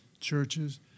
churches